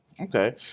Okay